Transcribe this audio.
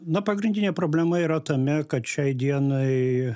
na pagrindinė problema yra tame kad šiai dienai